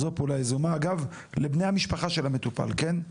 אגב, לבני המשפחה של המטופל, כן?